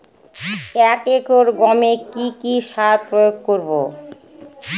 এক একর গমে কি কী সার প্রয়োগ করব?